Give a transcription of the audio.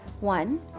One